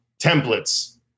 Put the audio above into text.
templates